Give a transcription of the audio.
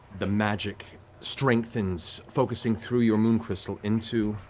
the magic strengthens, focusing through your moon crystal into